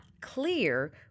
clear